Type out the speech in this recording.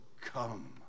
come